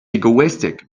egoistic